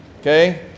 Okay